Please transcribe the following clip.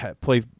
play